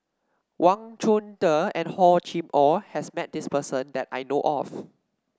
Wang Chunde and Hor Chim Or has met this person that I know of